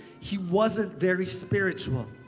he wasn't very spiritual.